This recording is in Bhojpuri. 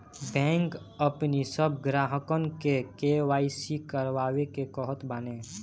बैंक अपनी सब ग्राहकन के के.वाई.सी करवावे के कहत बाने